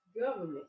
government